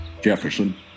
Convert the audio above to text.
Jefferson